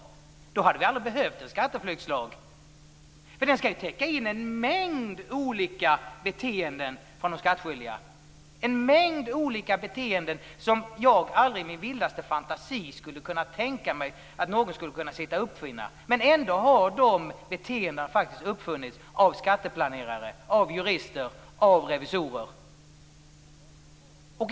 I så fall hade vi aldrig behövt en skatteflyktslag. Den skall ju täcka in en mängd olika beteenden från de skattskyldiga, som jag i min vildaste fantasi aldrig skulle kunna tänka mig att någon skulle kunna uppfinna. Men ändå har dessa beteenden faktiskt uppfunnits av skatteplanerare, jurister och revisorer.